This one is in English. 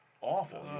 awful